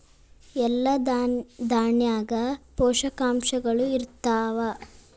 ಎಲ್ಲಾ ದಾಣ್ಯಾಗ ಪೋಷಕಾಂಶಗಳು ಇರತ್ತಾವ?